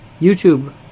YouTube